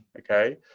okay?